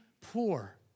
poor